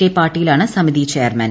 K പാട്ടീലാണ് സമിതി chairman